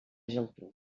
geltrú